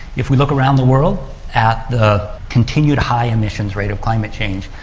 if we look around the world at the continued high emissions rate of climate change,